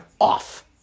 off